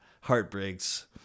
Heartbreaks